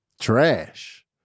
Trash